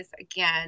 again